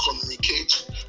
communicate